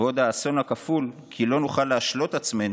ועוד האסון כפול, כי לא נוכל להשלות עצמנו,